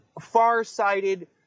far-sighted